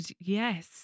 yes